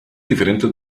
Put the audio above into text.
diferentes